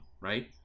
right